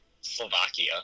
Slovakia